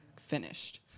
finished